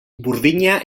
burdina